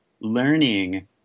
learning